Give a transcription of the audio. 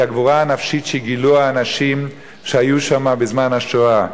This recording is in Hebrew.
היא הגבורה הנפשית שגילו אנשים שהיו שם בזמן השואה.